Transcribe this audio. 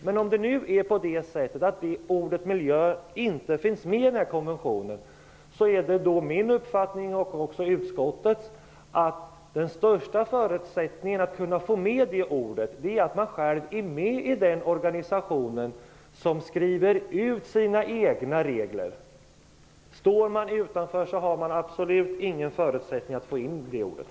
Men om ordet miljö nu inte finns med i konventionen, är det min och utskottets uppfattning att den största förutsättningen för att kunna få med detta ord är att man själv är med i den organisation som skriver in sina egna regler. Står man utanför, finns det absolut ingen förutsättning att få med ordet.